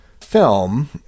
film